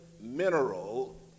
mineral